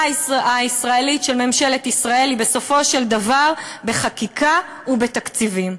הישראלית של ממשלת ישראל היא בסופו של דבר בחקיקה ובתקציבים.